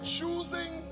Choosing